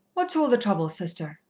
what's all the trouble, sister?